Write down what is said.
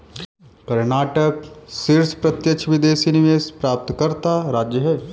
कर्नाटक शीर्ष प्रत्यक्ष विदेशी निवेश प्राप्तकर्ता राज्य है